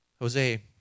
Jose